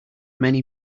many